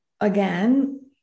again